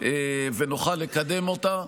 ונוכל לקדם אותה.